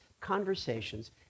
conversations